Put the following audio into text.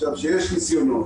כשיש ניסיונות,